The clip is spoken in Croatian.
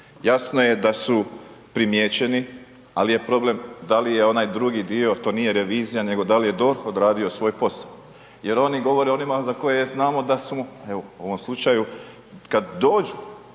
jasno je da su primijećeni ali je problem da li je onaj drugi dio, to nije revizija, nego da li je DORH odradio svoj posao jer oni govore onima za koje znamo da su, evo u ovom slučaju, kad dođu